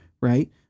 Right